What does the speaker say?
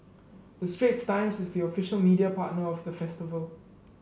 the Straits Times is the official media partner of the festival